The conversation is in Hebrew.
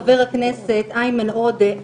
חבר הכנסת איימן עודה,